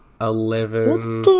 eleven